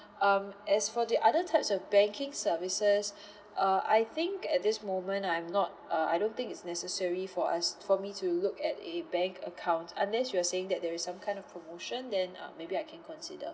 um as for the other types of banking services uh I think at this moment I'm not uh I don't think it's necessary for us for me to look at a bank account unless you're saying that there is some kind of promotion then uh maybe I can consider